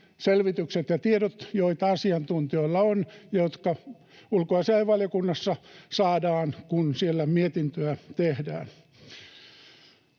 selvitykset ja tiedot, joita asiantuntijoilla on ja jotka ulkoasiainvaliokunnassa saadaan, kun siellä mietintöä tehdään.